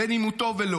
בין אם הוא טוב או לא.